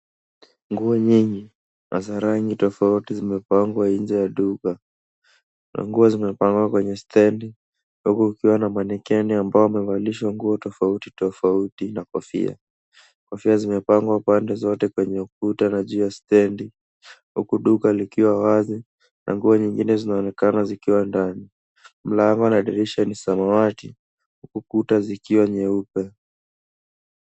Nguo nyingi na za rangi tofauti vimepangwa nje ya duka. Manguo zimepangwa kwenye stendi huku kukiwa na mannequin amabo wamevalishwa nguo tofauti tofauti na kofia. Kofia zimepangwa kwa zote kwenye ukuta na juu ya stendi huku duka likiwa wazi na nguo nyingine zinaonekana zikiwa ndani. Mlango na dirisha ni samawati huku kuta zikiwa nyeupe.